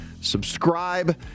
subscribe